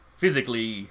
physically